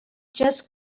just